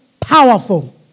Powerful